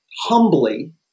humbly